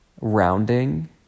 rounding